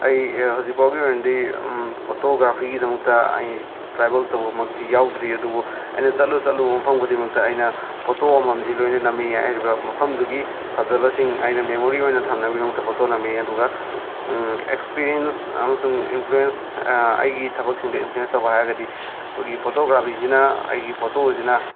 ꯑꯩ ꯍꯧꯖꯤꯛꯐꯥꯎꯕꯒꯤ ꯑꯣꯏꯅꯗꯤ ꯐꯣꯇꯣꯒ꯭ꯔꯥꯐꯤꯒꯤꯗꯃꯛꯇ ꯑꯩ ꯇ꯭ꯔꯥꯕꯦꯜ ꯇꯧꯕꯃꯛꯇꯤ ꯌꯥꯎꯗ꯭ꯔꯤ ꯑꯗꯨꯕꯨ ꯑꯩꯅ ꯆꯠꯂꯨ ꯆꯠꯂꯨꯕ ꯃꯐꯝ ꯈꯨꯗꯤꯡꯃꯛꯇ ꯑꯩꯅ ꯐꯣꯇꯣ ꯑꯃꯃꯝꯗꯤ ꯂꯣꯏꯅ ꯅꯝꯃꯤ ꯍꯥꯏꯔꯤꯕ ꯃꯐꯝꯗꯨꯒꯤ ꯐꯖꯕꯁꯤꯡ ꯑꯩꯅ ꯃꯦꯃꯣꯔꯤ ꯑꯣꯏꯅ ꯊꯝꯅꯕꯒꯤꯗꯃꯛꯇ ꯐꯣꯇꯣ ꯅꯝꯃꯦ ꯑꯗꯨꯒ ꯑꯦꯛꯁꯄꯤꯔꯦꯟꯁ ꯑꯃꯁꯨꯡ ꯏꯟꯄ꯭ꯂꯨꯌꯦꯟꯁ ꯑꯩꯒꯤ ꯊꯕꯛꯁꯤꯡꯗ ꯏꯟꯄ꯭ꯂꯨꯌꯦꯟꯁ ꯇꯧꯕ ꯍꯥꯏꯔꯒꯗꯤ ꯑꯩꯈꯣꯏꯒꯤ ꯐꯣꯇꯣꯒ꯭ꯔꯥꯐꯤꯁꯤꯅ ꯑꯩꯒꯤ ꯐꯣꯇꯣꯁꯤꯅ